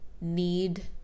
need